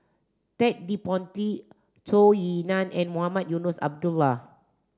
Ted De Ponti Zhou Ying Nan and Mohamed Eunos Abdullah